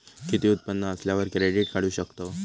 किती उत्पन्न असल्यावर क्रेडीट काढू शकतव?